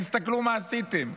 תסתכלו מה עשיתם.